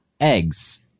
eggs